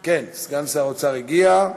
כן, סגן שר האוצר הגיע.